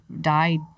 died